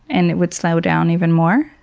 and it would slow down even more,